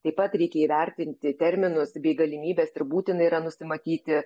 taip pat reikia įvertinti terminus bei galimybes ir būtina yra nusimatyti